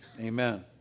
Amen